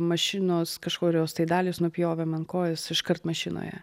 mašinos kažkurios tai dalys nupjovė man kojas iškart mašinoje